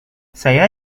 saya